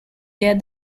get